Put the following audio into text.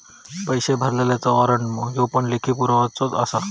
पैशे भरलल्याचा वाॅरंट ह्यो पण लेखी पुरावोच आसा